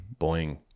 Boeing